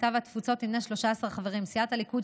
הקליטה והתפוצות תמנה 13 חברים: סיעת הליכוד,